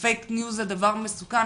ופייק ניוז זה דבר מסוכן,